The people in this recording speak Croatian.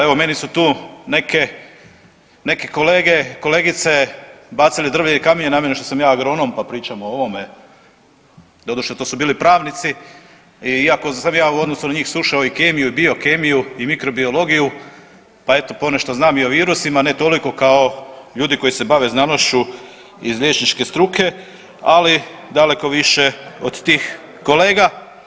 Evo meni su tu neke, neke kolege i kolegice bacili drvlje i kamenje na mene što sam ja agronom, pa pričam o ovome, doduše to su bili pravnici iako sam ja u odnosu na njih slušao i kemiju i biokemiju i mikrobiologiju, pa eto ponešto znam i o virusima, ne toliko kao ljudi koji se bave znanošću iz liječničke struke, ali daleko više od tih kolega.